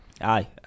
Aye